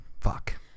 Fuck